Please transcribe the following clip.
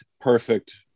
perfect